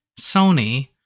Sony